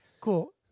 Cool